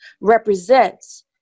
represents